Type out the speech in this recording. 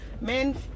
men